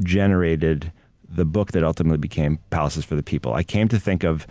generated the book that ultimately became palaces for the people. i came to think of,